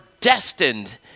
destined